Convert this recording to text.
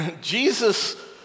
Jesus